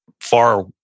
far